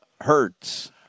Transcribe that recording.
Hurts